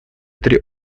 три